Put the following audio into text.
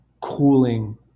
cooling